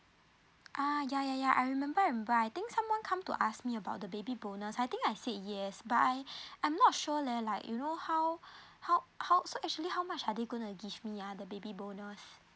ah yeah yeah yeah I remember I remember I think someone come to ask me about the baby bonus I think I said yes but I I'm not sure leh like you know how how how so actually how much are they going to give me ah the baby bonus